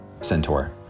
Centaur